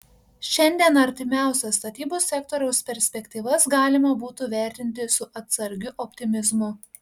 šiandien artimiausias statybų sektoriaus perspektyvas galima būtų vertinti su atsargiu optimizmu